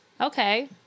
Okay